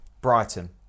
Brighton